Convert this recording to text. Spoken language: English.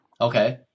Okay